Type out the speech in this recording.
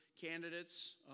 candidates